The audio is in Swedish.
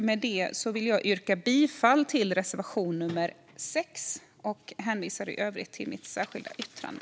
Med det vill jag yrka bifall till reservation nummer 6 och hänvisar i övrigt till mitt särskilda yttrande.